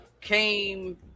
came